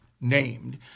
named